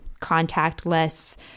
contactless